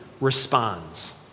responds